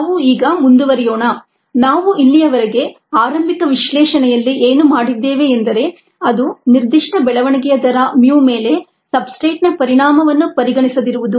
ನಾವು ಈಗ ಮುಂದುವರಿಯೋಣ ನಾವು ಇಲ್ಲಿಯವರೆಗೆ ಆರಂಭಿಕ ವಿಶ್ಲೇಷಣೆಯಲ್ಲಿ ಏನು ಮಾಡಿದ್ದೇವೆ ಎಂದರೆ ಅದು ನಿರ್ದಿಷ್ಟ ಬೆಳವಣಿಗೆಯ ದರ mu ಮೇಲೆ ಸಬ್ಸ್ಟ್ರೇಟ್ನ ಪರಿಣಾಮವನ್ನು ಪರಿಗಣಿಸದಿರುವುದು